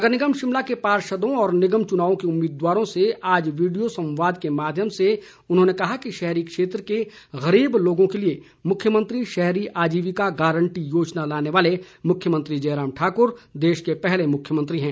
नगर निगम शिमला के पार्षदों और निगम चुनावों के उम्मीदवारों से आज वीडियो संवाद के माध्यम से उन्होंने कहा कि शहरी क्षेत्र के गरीब लोगों के लिए मुख्यमंत्री शहरी आजीविका गारंटी योजना लाने वाले मुख्यमंत्री जयराम ठाकुर देश के पहले मुख्यमंत्री हैं